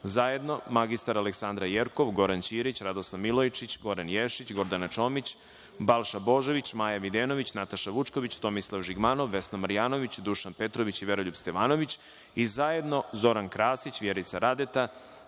zajedno mr Aleksandra Jerkov, Goran Ćirić, Radoslav Milojičić, Goran Ješić, Gordana Čomić, Balša Božović, Maja Videnović, Nataša Vučković, Tomislav Žigmanov, Vesna Marjanović, Dušan Petrović i Veroljub Stevanović, i zajedno Zoran Krasić, Vjerica Radeta,